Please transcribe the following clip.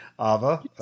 Ava